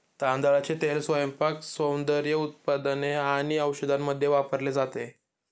तांदळाचे तेल स्वयंपाक, सौंदर्य उत्पादने आणि औषधांमध्ये वापरले जाते